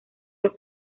los